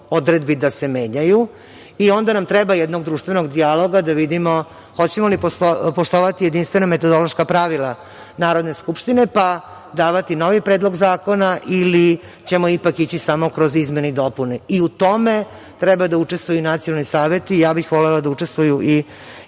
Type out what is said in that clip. da se menjaju i onda nam treba jednog društvenog dijaloga da vidimo hoćemo li poštovati jedinstvena metodološka pravila Narodne skupštine pa davati novi predlog zakona ili ćemo ipak ići samo kroz izmene i dopune. I u tome treba da učestvuju nacionalni saveti, ja bih volela da učestvuju i